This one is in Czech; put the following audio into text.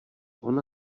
ona